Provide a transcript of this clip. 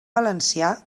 valencià